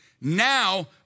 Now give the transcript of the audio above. now